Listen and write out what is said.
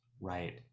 right